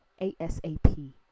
asap